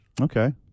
Okay